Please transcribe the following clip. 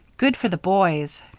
good for the boys!